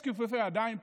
יש כיפופי ידיים,